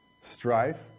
strife